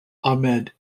ahmed